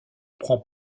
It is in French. prend